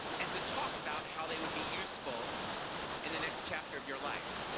and to talk about how they would be useful in the next chapter of your life.